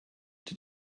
did